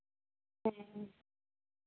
ᱦᱮᱸ